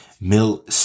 Mill